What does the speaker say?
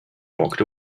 walked